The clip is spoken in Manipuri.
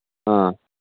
ꯑꯥ